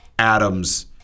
Adams